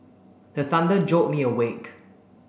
the thunder jolt me awake